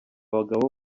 bagabo